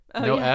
no